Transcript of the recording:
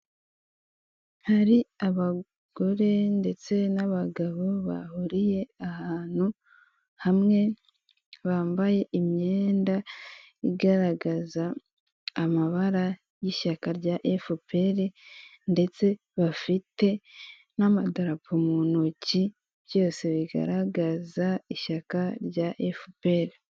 Hari abagore ndetse n'abagabo bahuriye ahantu hamwe bambaye imyenda igaragaza amabara y'ishyaka, rya efuperi ndetse bafite n'amadarapo mu ntoki byose bigaragaza ishyaka rya efuperi.